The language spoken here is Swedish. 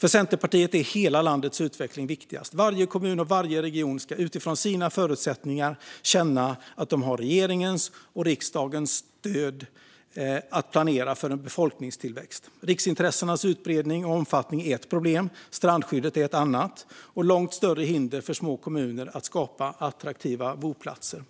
För Centerpartiet är hela landets utveckling viktigast. Varje kommun och varje region ska utifrån sina förutsättningar känna att de har regeringens och riksdagens stöd för att planera för en befolkningstillväxt. Riksintressenas utbredning och omfattning är ett problem, strandskyddet är ett annat liksom långt större hinder för små kommuner att skapa attraktiva boplatser.